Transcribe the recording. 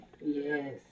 Yes